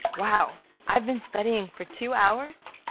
wow, i've been studying for two hours,